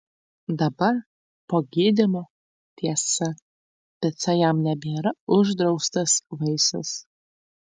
dabar po gydymo tiesa pica jam nebėra uždraustas vaisius